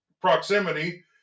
proximity